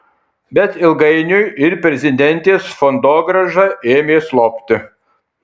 bet ilgainiui ir prezidentės fondogrąža ėmė slopti